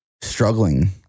struggling